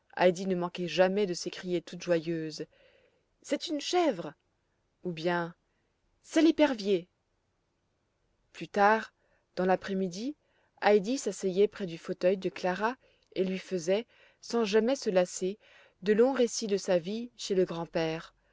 ne manquait jamais de s'écrier toute joyeuse c'est une chèvre ou bien c'est l'épervier plus tard dans l'après-midi heidi s'asseyait près du fauteuil de clara et lui faisait sans jamais se lasser de longs récits de sa vie chez le grand-père